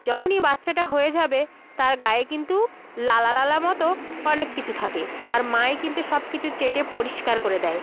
যখনই বাচ্চাটা হয়ে যাবে তার গায়ে কিন্তু লালা লালা মতো অনেক কিছু থাকে তার মাই কিন্তু সব কিছু চেটে পরিষ্কার করে দেয়